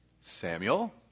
Samuel